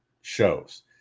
shows